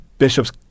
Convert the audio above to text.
Bishop's